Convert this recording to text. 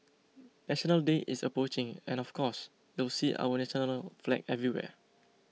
National Day is approaching and of course you'll see our national flag everywhere